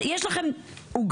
יש לכם עוגה,